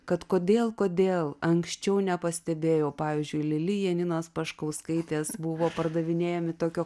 kad kodėl kodėl anksčiau nepastebėjau pavyzdžiui lili janinos paškauskaitės buvo pardavinėjami tokio